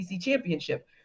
championship